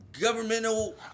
governmental